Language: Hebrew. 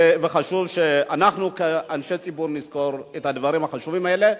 וחשוב שאנחנו כאנשי הציבור נזכור את הדברים החשובים האלה.